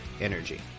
energy